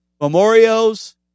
memorials